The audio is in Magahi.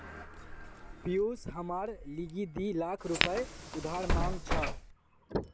पियूष हमार लीगी दी लाख रुपया उधार मांग छ